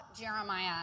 Jeremiah